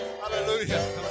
Hallelujah